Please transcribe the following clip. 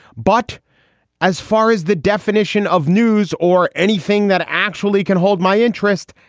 but as far as the definition of news or anything that actually can hold my interest,